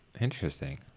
Interesting